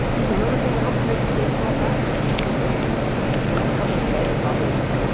so one other thing that helps make like a small fast is template literals. so they have a couple of nice properties.